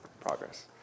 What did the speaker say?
Progress